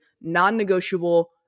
non-negotiable